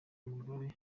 umugore